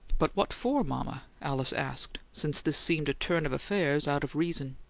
but what for, mama? alice asked, since this seemed a turn of affairs out of reason.